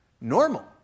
normal